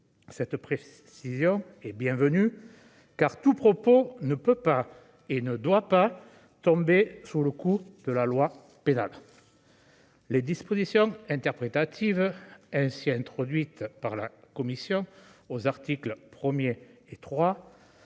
Cette précision est bienvenue, car tout propos ne peut ni ne doit tomber sous le coup de la loi pénale. Les dispositions interprétatives ainsi introduites par la commission aux articles 1 et 3